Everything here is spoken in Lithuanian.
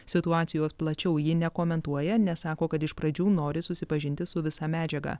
situacijos plačiau ji nekomentuoja nes sako kad iš pradžių nori susipažinti su visa medžiaga